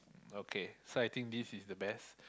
okay so I think this is the best